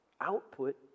Output